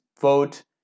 vote